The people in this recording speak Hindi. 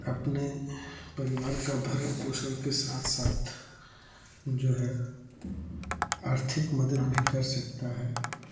अपने परिवार का भरण पोषण के साथ साथ जो है आर्थिक मदद भी कर सकता हैं